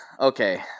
Okay